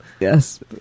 Yes